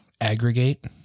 Aggregate